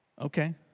Okay